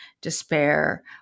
despair